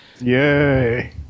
yay